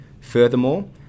Furthermore